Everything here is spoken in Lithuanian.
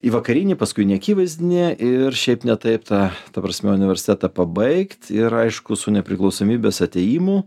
į vakarinį paskui neakivaizdinį ir šiaip ne taip ta ta prasme universitetą pabaigt ir aišku su nepriklausomybės atėjimu